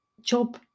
job